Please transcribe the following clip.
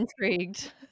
Intrigued